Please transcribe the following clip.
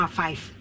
five